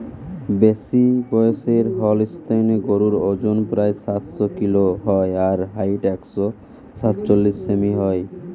বেশিবয়সের Holstein গরুর অজন প্রায় সাতশ কিলো হয় আর হাইট একশ সাতচল্লিশ সেমি হয়